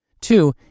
Two